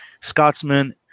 Scotsman